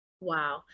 Wow